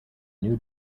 new